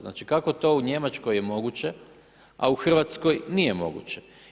Znači kako to u Njemačkoj je moguće a u Hrvatskoj nije moguće?